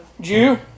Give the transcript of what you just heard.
Jew